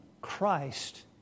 Christ